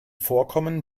vorkommen